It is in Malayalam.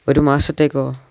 ഒരു മാസത്തേക്കോ